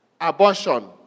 abortion